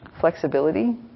flexibility